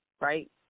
right